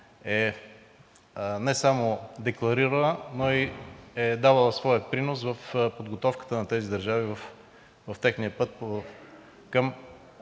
не само е декларирала, но и е давала своя принос в подготовката на тези държави в техния път към